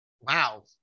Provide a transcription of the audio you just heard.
Wow